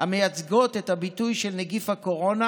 המייצגות את הביטוי של נגיף הקורונה